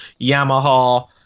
Yamaha